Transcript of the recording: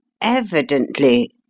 Evidently